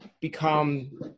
become